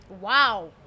Wow